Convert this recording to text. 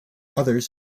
others